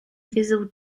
visible